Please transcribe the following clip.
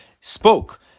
spoke